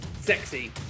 Sexy